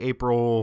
April